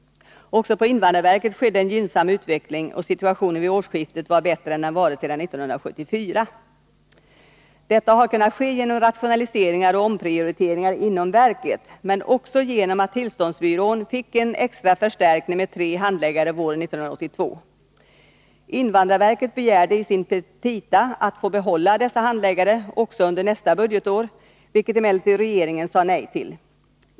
Också på invandrarverket skedde en gynnsam utveckling, och situationen vid årsskiftet var bättre än den varit sedan 1974. Detta har kunnat ske genom rationaliseringar och omprioriteringar inom verket men också genom att tillståndsbyrån fick en extra förstärkning med tre handläggare våren 1982. 91 Invandrarverket begärde i sina petita att få behålla dessa handläggare också under nästa budgetår, vilket emellertid regeringen sade nej till.